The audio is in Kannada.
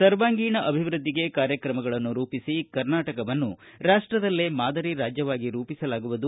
ಸವಾಂಗೀಣ ಅಭಿವೃದ್ಧಿಗೆ ಕಾರ್ಯತ್ರಮಗಳನ್ನು ರೂಪಿಸಿ ಕರ್ನಾಟಕವನ್ನು ರಾಷ್ಟದಲ್ಲೇ ಮಾದರಿ ರಾಜ್ಯವಾಗಿ ರೂಪಿಸಲಾಗುವುದು